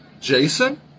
Jason